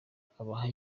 abaha